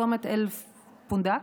צומת אל-פונדק?